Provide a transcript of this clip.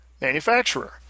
manufacturer